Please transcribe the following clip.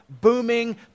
booming